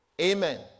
Amen